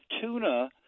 tuna